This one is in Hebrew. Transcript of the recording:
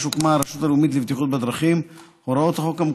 הוקמה בשנת 2006 הרשות הלאומית לבטיחות בדרכים.